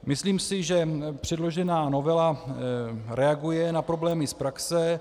Myslím si, že předložená novela reaguje na problémy z praxe.